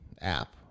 app